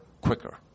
quicker